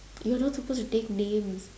you are not supposed to take names